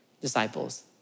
disciples